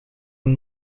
een